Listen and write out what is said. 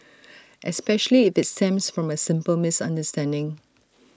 especially if IT stems from A simple misunderstanding